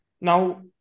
Now